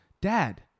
dad